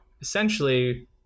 essentially